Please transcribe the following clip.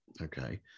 Okay